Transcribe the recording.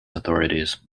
authorities